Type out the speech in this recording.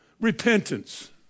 repentance